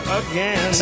again